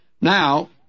Now